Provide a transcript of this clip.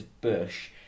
bush